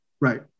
right